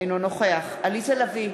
אינו נוכח עליזה לביא,